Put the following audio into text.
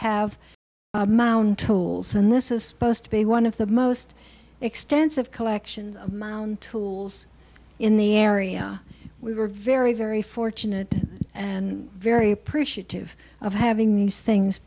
have mount tolls and this is post bay one of the most extensive collection mound tools in the area we were very very fortunate and very appreciative of having these things